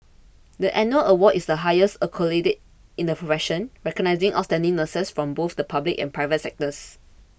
the annual award is the highest accolade in the profession recognising outstanding nurses from both the public and private sectors